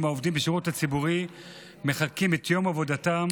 העובדים בשירות הציבורי מחלקים את יום עבודתם